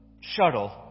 shuttle